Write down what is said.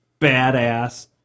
badass